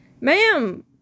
ma'am